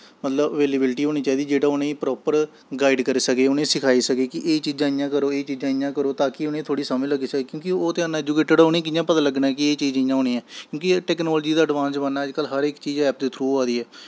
मतलब अवेलेवल होनी चाहिदी जेह्ड़ा उ'नें गी प्रापर गाईड़ करी सकै सखाई सकै कि एह् चीज़ां इ'यां करो एह् चीज़ां इ'यां करो तां कि उ'नें गी थोह्ड़ी समझ लग्गी सकै क्योंकि ओह् ते अनऐजुकेटिड़ ऐ उ'नें गी कि'यां पता लग्गना कि एह् चीज़ इ'यां होनी ऐ क्योंकि टैकनॉलजी दा अड़बांस जमाना अजकल्ल हर इक चीज़ ऐप दे थ्रू आ दी ऐ